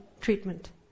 treatment